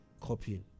copying